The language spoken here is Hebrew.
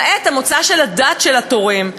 למעט המוצא של עדת התורם.